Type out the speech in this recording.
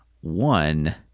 one